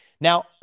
Now